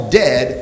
dead